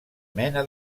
mena